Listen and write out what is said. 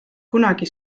kunagi